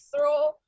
throw